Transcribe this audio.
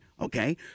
Okay